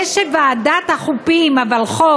זה שהוועדות המחוזיות,